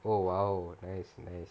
oh !wow! nice nice